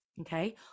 okay